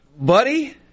buddy